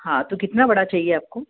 हाँ तो कितना बड़ा चाहिए आपको